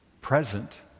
present